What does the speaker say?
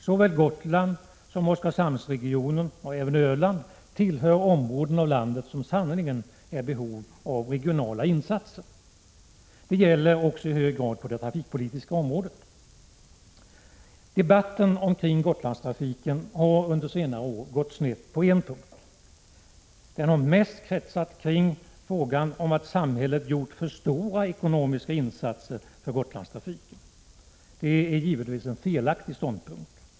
Såväl Gotland som Oskarshamnsregionen och även Öland tillhör områden av landet som sannerligen är ibehov av regionala insatser. Det gäller också i hög grad på det trafikpolitiska området. Debatten omkring Gotlandstrafiken har under senare år gått snett på en punkt. Den har mest kretsat kring frågan om att samhället har gjort för stora ekonomiska insatser för Gotlandstrafiken. Det är givetvis en felaktig ståndpunkt.